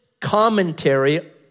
commentary